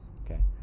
Okay